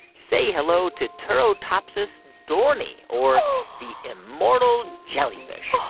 say hello to turritopsis dohrnii or the immortal jellyfish.